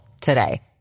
today